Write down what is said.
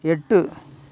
எட்டு